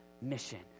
mission